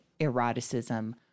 eroticism